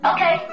Okay